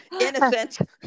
Innocent